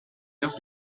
meurt